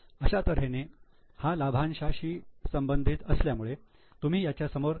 अशा तऱ्हेने हा लाभांशाशी संबंधित असल्यामुळे तुम्ही याच्या समोर ए